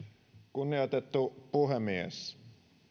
kunnioitettu puhemies